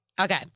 Okay